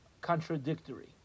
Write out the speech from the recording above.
contradictory